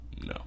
No